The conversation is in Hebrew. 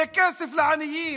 זה כסף לעניים,